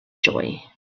joy